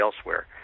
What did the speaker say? elsewhere